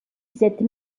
cette